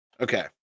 Okay